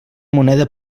moneda